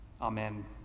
amen